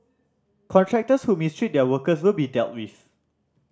contractors who mistreat their workers will be dealt with